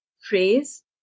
phrase